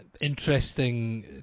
Interesting